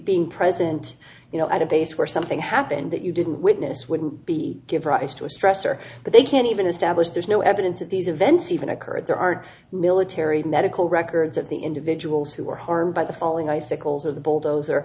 being present you know at a base where something happened that you didn't witness wouldn't be give rise to a stressor that they can't even establish there's no evidence that these events even occurred there are military medical records of the individuals who were harmed by the falling icicles of the bulldozer